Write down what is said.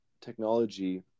technology